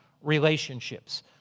relationships